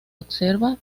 observa